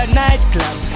nightclub